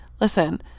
listen